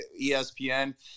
ESPN